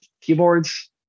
keyboards